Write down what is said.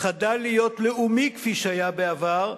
חדל להיות לאומי כפי שהיה בעבר,